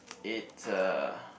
it uh